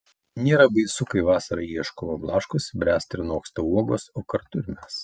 nėra baisu kai vasarą ieškoma blaškosi bręsta ir noksta uogos o kartu ir mes